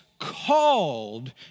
called